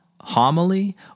homily